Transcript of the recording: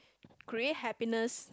create happiness